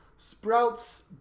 sprouts